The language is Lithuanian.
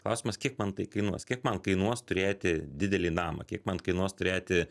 klausimas kiek man tai kainuos kiek man kainuos turėti didelį namą kiek man kainuos turėti